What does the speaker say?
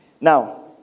Now